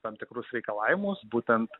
tam tikrus reikalavimus būtent